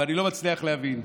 ואני לא מצליח להבין.